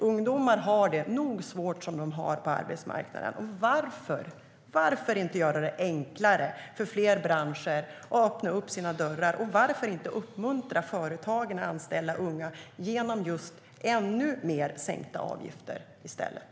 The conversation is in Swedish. Ungdomar har det nog svårt som de redan har det på arbetsmarknaden. Varför inte göra det enklare för fler branscher att öppna sina dörrar? Varför inte uppmuntra företagen att anställa unga genom att i stället sänka avgifterna ännu mer?